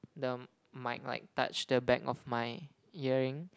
the mic like touch the back of my earring